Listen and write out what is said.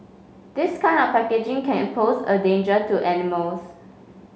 this kind of packaging can a pose a danger to animals